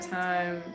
time